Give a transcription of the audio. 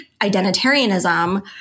identitarianism